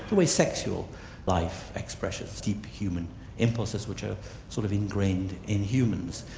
always sexual life expresses deep human impulses which are sort of ingrained in humans.